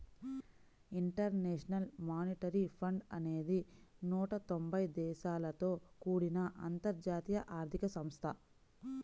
international Monetary Fund అనేది నూట తొంబై దేశాలతో కూడిన అంతర్జాతీయ ఆర్థిక సంస్థ